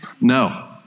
No